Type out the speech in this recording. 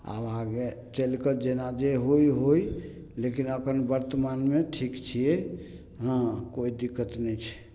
आब आगे चलि कऽ जेना जे होइ होइ लेकिन एखन वर्तमानमे ठीक छियै हँ कोइ दिक्कत नहि छै